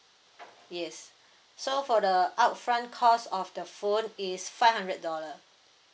yes so for the upfront cost of the phone is five hundred dollar